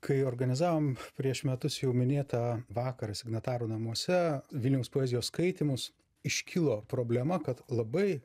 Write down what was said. kai organizavom prieš metus jau minėtą vakarą signatarų namuose vilniaus poezijos skaitymus iškilo problema kad labai